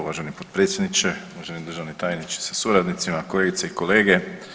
Uvaženi potpredsjedniče, uvaženi državni tajniče sa suradnicima, kolegice i kolege.